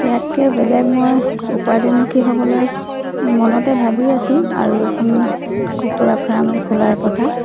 ইয়াতকৈ বেলেগ মই উপাৰ্জনমুখী হ'বলৈ মনতে ভাবি আছো আৰু এইখন কুকুৰাৰ ফাৰ্মেই খোলাৰ কথা